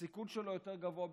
הסיכון שלו יותר גבוה ב-60%.